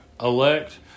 elect